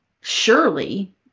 surely